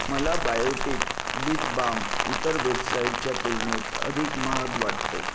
मला Biotique lip balm इतर वेबसाइटच्या तुलनेत अधिक महाग वाटतो